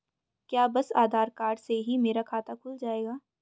क्या बस आधार कार्ड से ही मेरा खाता खुल जाएगा?